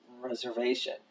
reservation